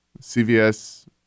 cvs